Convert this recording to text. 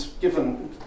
given